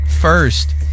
first